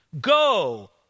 go